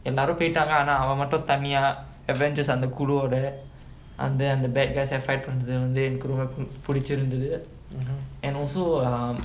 எல்லாரும் போயிட்டாங்க ஆனா அவன் மட்டும் தனியா:ellarum poyittaanga aanaa avan mattum thaniyaa avengers அந்த குழு ஓட அந்த:antha kulu oda antha and the bad guys fight பன்றது வந்து எனக்கு ரொம்ப புடிச்சிருந்திது:panrathu vanthu enakku romba pudichirunthithu and also um